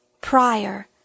prior